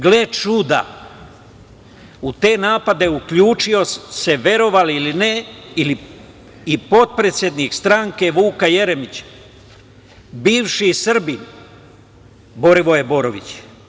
Gle čuda, u te napade uključio se, verovali ili ne, i potpredsednik stranke Vuka Jeremića, bivši Srbin Borivoje Borović.